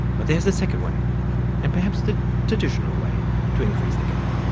but there is a second way and perhaps the traditional way to increase the gap.